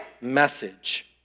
message